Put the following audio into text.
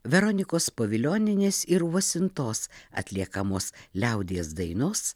veronikos povilionienės ir uosintos atliekamos liaudies dainos